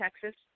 texas